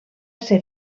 ser